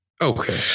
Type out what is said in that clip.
Okay